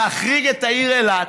להחריג את העיר אילת,